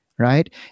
right